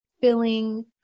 filling